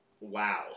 Wow